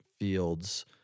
fields